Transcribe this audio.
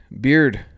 beard